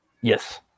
yes